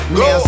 go